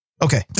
Okay